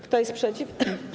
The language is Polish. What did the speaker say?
Kto jest przeciw?